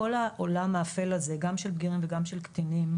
כל העולם האפל הזה גם של בגירים וגם של קטינים,